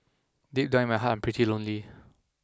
deep down in my heart I'm pretty lonely